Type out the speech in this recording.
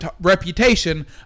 reputation